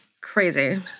Crazy